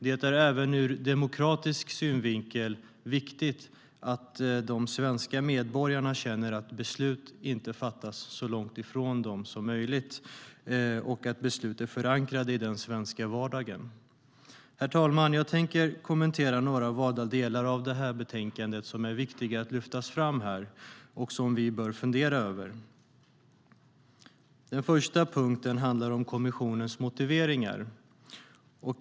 Det är från demokratisk synpunkt viktigt att de svenska medborgarna känner att beslut som fattas inte ligger långt ifrån dem och att besluten är förankrade i den svenska vardagen. Herr talman! Jag ska kommentera några valda delar av betänkandet som är viktiga att lyfta fram och som vi bör fundera över. Det första handlar om kommissionens motiveringar.